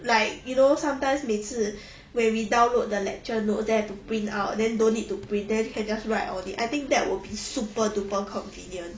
like you know sometimes 每次 when we download the lecture notes then have to print out then don't need to print can just write on it I think that would be super duper convenient